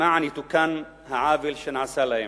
למען יתוקן העוול שנעשה להם.